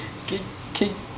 can can